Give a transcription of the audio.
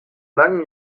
langen